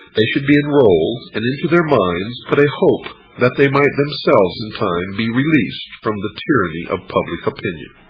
they should be enrolled, and into their minds put a hope that they might themselves in time be released from the tyranny of public opinion.